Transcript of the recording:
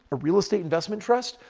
a real estate investment trust,